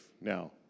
Now